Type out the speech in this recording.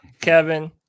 Kevin